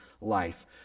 life